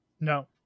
No